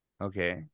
Okay